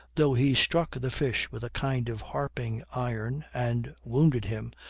though he struck the fish with a kind of harping-iron, and wounded him,